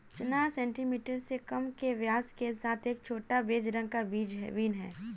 चना सेंटीमीटर से कम के व्यास के साथ एक छोटा, बेज रंग का बीन है